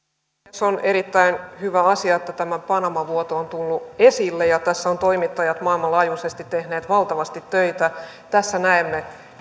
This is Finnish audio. puhemies on erittäin hyvä asia että tämä panama vuoto on tullut esille ja tässä ovat toimittajat maailmanlaajuisesti tehneet valtavasti töitä tässä näemme